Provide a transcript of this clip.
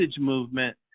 movement